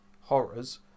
Horrors